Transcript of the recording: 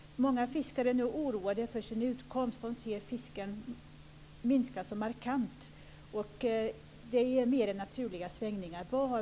Många fiskare är nu oroade för sin utkomst. De ser att fisken minskar markant, och det är mer än naturliga svängningar.